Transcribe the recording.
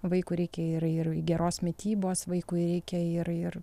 vaikui reikia ir ir geros mitybos vaikui reikia ir ir